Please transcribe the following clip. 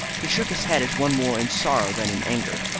he shook his head as one more in sorrow than in anger.